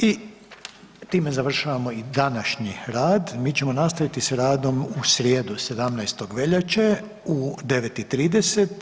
I time završavamo i današnji rad, mi ćemo nastaviti s radom u srijedu, 17. veljače u 9,30.